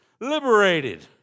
Liberated